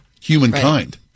humankind